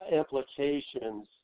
implications